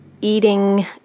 eating